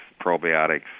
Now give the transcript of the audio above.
probiotics